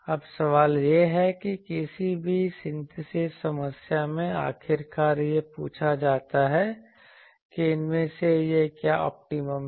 अब सवाल यह है कि किसी भी सिनथीसिज समस्या में आखिरकार यह पूछा जाता है कि इनमें से क्या ऑप्टिमम है